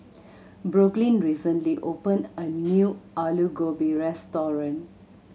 Brooklyn recently opened a new Alu Gobi Restaurant